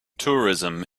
tourism